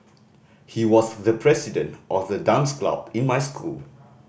he was the president of the dance club in my school